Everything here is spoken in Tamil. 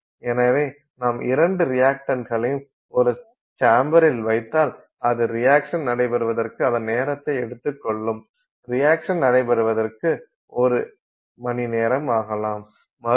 எனவே நாம் இரண்டு ரியக்டண்ட்களையும் ஒரு சாம்பரில் வைத்தால் அது ரியக்சஷன் நடைபெறுவதற்கு அதன் நேரத்தை எடுத்துக்கொள்ளும் ரியக்சஷன் நடைபெறுவதற்கு ஒரு மணிநேரம் ஆகலாம்